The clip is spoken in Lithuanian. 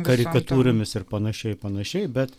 karikatūromis ir panašiai ir panašiai bet